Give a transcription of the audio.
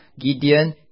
Gideon